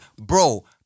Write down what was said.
Bro